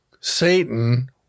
Satan